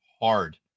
hard